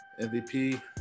MVP